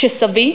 כשסבי,